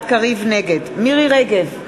נגד מירי רגב,